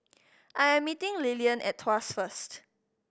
I am meeting Lillian at Tuas first